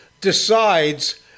decides